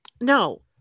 No